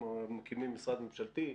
מקימים משרד ממשלתי,